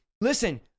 Listen